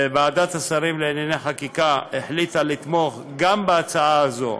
וועדת השרים לענייני חקיקה החליטה לתמוך גם בהצעה זו,